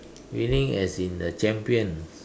winning as in the champion